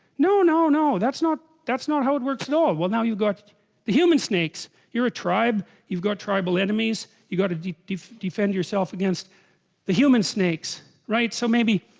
no no no, that's not that's not how it works no well now you've got the human snakes you're a tribe you've got tribal enemies you got to defend yourself against the human snakes right so maybe